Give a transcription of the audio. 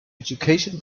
education